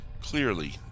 clearly